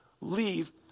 leave